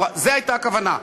זו הייתה הכוונה.